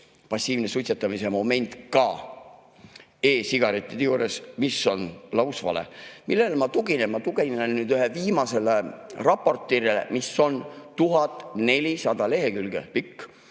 passiivse suitsetamise moment ka e‑sigarettide juures. See on lausvale. Millele ma tuginen? Ma tuginen ühele viimasele raportile, mis on 1400 lehekülge pikk.